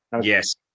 Yes